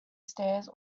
stairs